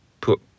put